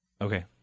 Okay